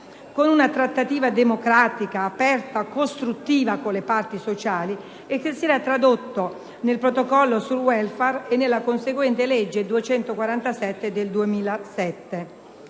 con una trattativa democratica, aperta e costruttiva con le parti sociali, che si erano sostanziate nel protocollo sul *welfare* e nella conseguente legge n. 247 del 2007.